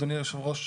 אדוני היושב ראש,